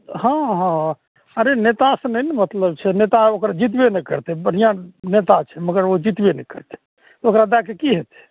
हँ हँ अरे नेतासँ नहि ने मतलब छै नेता ओकर जितबे नहि करतय बढ़िआँ नेता छै मगर ओ जितबे नहि करतय ओकरा दएके की हेतय